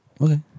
Okay